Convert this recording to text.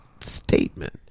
statement